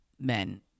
men